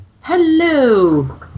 Hello